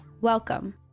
Welcome